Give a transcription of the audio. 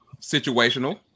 situational